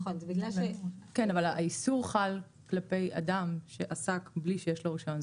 אבל האיסור חל כלפי אדם שעסק בלי שיש לו רישיון.